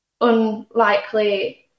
unlikely